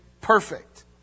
perfect